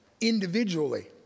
individually